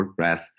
WordPress